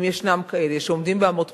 אם ישנם כאלה, שעומדים באמות מידה,